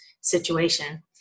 situation